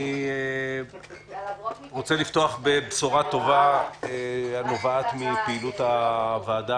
אני רוצה לפתוח בבשורה טובה הנובעת מפעילות הוועדה,